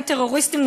הם טרוריסטים,